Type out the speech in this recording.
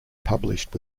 published